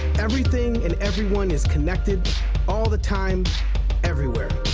everything and everyone is connected all the time everywhere.